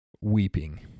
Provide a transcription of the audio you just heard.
weeping